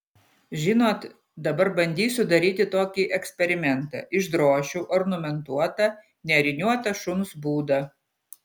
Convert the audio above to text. žinot dabar bandysiu daryti tokį eksperimentą išdrošiu ornamentuotą nėriniuotą šuns būdą